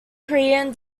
korean